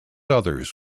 others